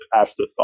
afterthought